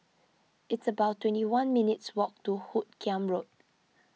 it's about twenty one minutes' walk to Hoot Kiam Road